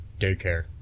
daycare